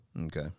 Okay